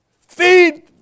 Feed